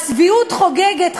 הצביעות חוגגת,